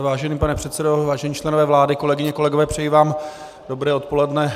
Vážený pane předsedo, vážení členové vlády, kolegyně, kolegové, přeji vám dobré odpoledne.